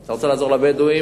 אתה רוצה לעזור לבדואים?